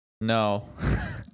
No